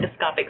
endoscopic